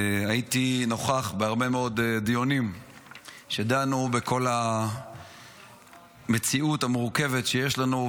הייתי נוכח בהרבה מאוד דיונים שדנו בכל המציאות המורכבת שיש לנו,